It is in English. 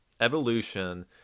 evolution